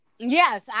Yes